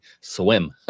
swim